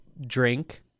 drink